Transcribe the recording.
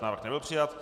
Návrh nebyl přijat.